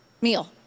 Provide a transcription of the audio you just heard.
meal